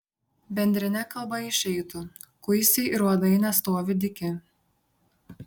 bendrine kalba išeitų kuisiai ir uodai nestovi dyki